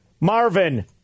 Marvin